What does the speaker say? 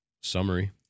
summary